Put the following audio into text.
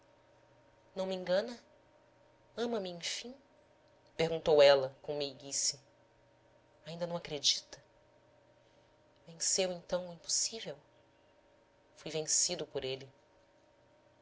não me engana ama-me enfim perguntou ela com meiguice ainda não acredita venceu então o impossível fui vencido por ele